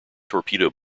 torpedo